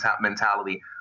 mentality